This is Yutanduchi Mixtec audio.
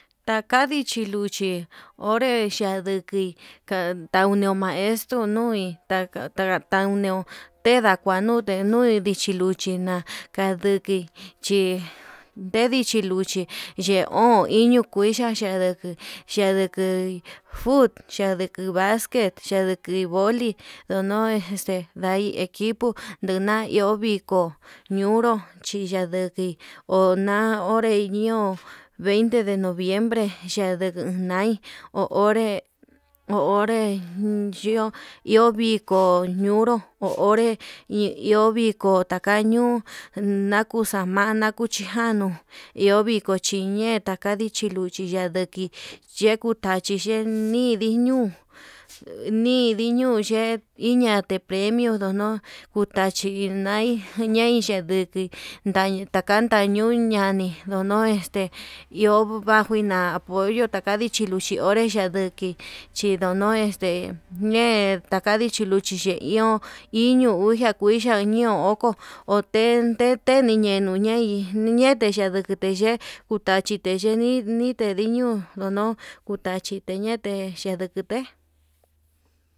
Takadi chinduchi onre xhadukui kandanui maestro nui taka taunion, tenda kuanuti nui ndichi luchi na'a andukui chí ndedi chikuchi ndeon iño kuixhia cha'a ndukuu yanduku fut, chaduku basquet xhandukui boli ndonoi este ndai equipo nduna iho viko, ñuu nru chinaduki ona'a onre ñuu veinte de noviembre yanduku nai ho onré ho onré yo'ó ho viko hp yunru ho onré, ñie iho viko taka ñuu nakuu samana cuchi januu iho viku chiñeta ta nduchi luchi yanduki yekutachi ye'e niu idii ñuu ñidiñu ye'e indate premio ndono, kuu tachi inai ñai ndayuku ndai ndakan tañuña nani ndono este iho vagina pollo ndaka lichi luchi iho onré chanduki chidono este ñe'e takadi chiluchi chi iho iño uxia kuxhia ño'o oko, oten teni ñeñu ñai teñete chanduku teye tachi nii teñi tediño ndunuu kutachi teñete chendukete.